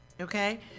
okay